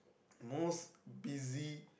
most busy